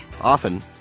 Often